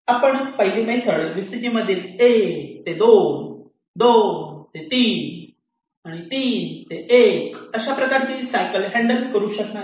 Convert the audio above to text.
आपण पाहिलेली method VCG मधील 1 ते 2 2 ते 3 आणि 3 ते 1 अशा प्रकारची सायकल हँडल करू शकणार नाही